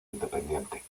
independiente